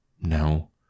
No